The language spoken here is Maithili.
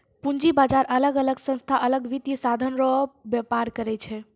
पूंजी बाजार अलग अलग संस्था अलग वित्तीय साधन रो व्यापार करै छै